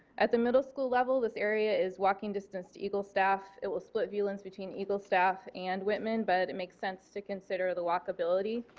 at the middle school level this area is watching distance to eagle staff. it will split viewlands between eagle staff and whitman but it makes sense to consider the walk ability.